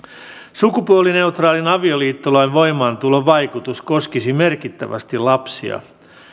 sukupuolineutraalin avioliittolain voimaantulon vaikutus koskisi merkittävästi lapsia